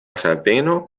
reveno